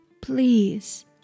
Please